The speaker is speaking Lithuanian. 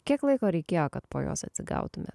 kiek laiko reikėjo kad po jos atsigautumėt